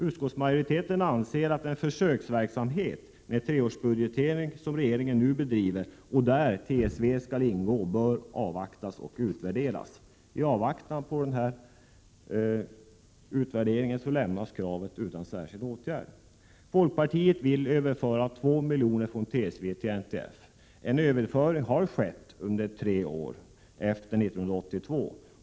Utskottsmajoriteten anser att den försöksverksamhet med treårsbudgetering som regeringen nu bedriver och där TSV skall ingå bör avvaktas och utvärderas. I avvaktan på denna utvärdering lämnas kravet utan särskild åtgärd. Folkpartiet vill överföra 2 milj.kr. från TSV till NTF. En överföring har skett under tre år efter 1982.